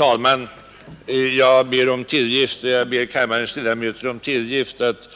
Herr talman! Jag ber kammarens ledamöter om tillgift för att